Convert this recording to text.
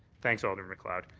thanks, alderman macleod.